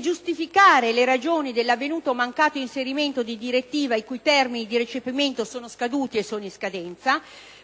giustificando le ragioni dell'avvenuto mancato inserimento di direttive i cui termini di recepimento sono scaduti o in scadenza,